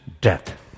death